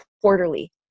quarterly